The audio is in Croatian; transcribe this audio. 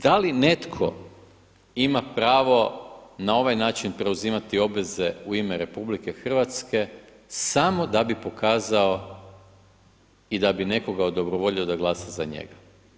Da li netko ima pravo na ovaj način preuzimati obveza u ime RH samo da bi pokazao i da bi nekoga odobrovoljio da glasa za njega?